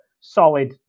solid